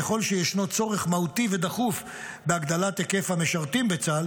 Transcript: ככל שישנו צורך מהותי ודחוף בהגדלת היקף המשרתים בצה"ל,